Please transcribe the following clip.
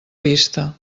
vista